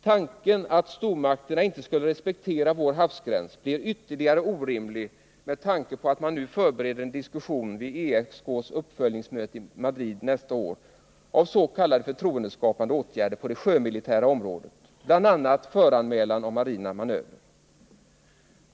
Tanken att stormakterna inte skulle respektera vår havsgräns blir ytterligare orimlig med tanke på att man nu förbereder en diskussion vid ESK:s uppföljningsmöte i Madrid nästa år av s.k. förtroendeskapande åtgärder på det sjömilitära området, bl.a. föranmälan av marina manövrer.